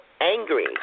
angry